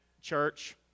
Church